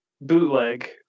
Bootleg